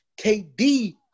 KD